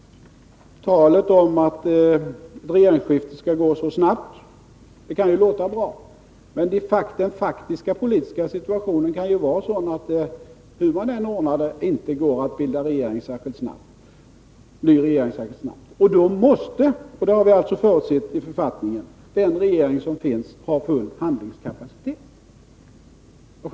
Talet om att ett regeringsskifte skall gå snabbt kan ju låta bra. Men den faktiska politiska situationen kan vara sådan att det, hur man än ordnar det, inte går att bilda en ny regering särskilt snabbt. Då måste — och det har vi förutsett i författningen — den regering som finns av självklara skäl ha full handlingskapacitet.